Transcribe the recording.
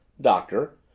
Doctor